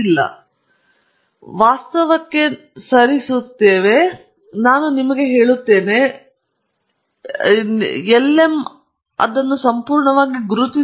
ಆದ್ದರಿಂದ ನಾವು ವಾಸ್ತವಕ್ಕೆ ಸರಿಸುತ್ತೇವೆ ನಾನು ನಿಮಗೆ ತೋರಿಸುತ್ತಿದ್ದೇನೆ ನೀವು ಕೈಯಲ್ಲಿ ಎಲ್ಲವನ್ನೂ ಹೊಂದಿದ್ದರೆ ನಿಮಗಾಗಿ ಅದು ಎಲ್ಎಮ್ ಅನ್ನು ಸಂಪೂರ್ಣವಾಗಿ ಗುರುತಿಸುತ್ತದೆ